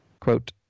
Quote